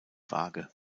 waage